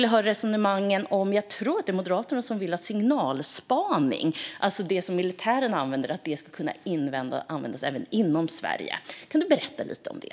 Jag tror att det är Moderaterna som vill att signalspaning, alltså det som militären använder, ska kunna användas inom Sverige. Jag skulle vilja höra Ellen Juntti berätta lite om det.